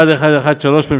מ/1113.